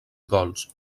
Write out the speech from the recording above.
gols